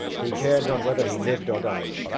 he cared not whether he lived or died,